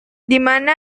dimana